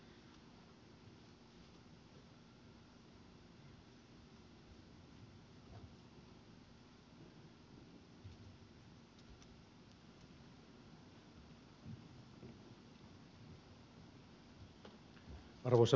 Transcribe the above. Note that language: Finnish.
arvoisa puhemies